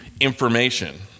information